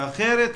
ואחרת,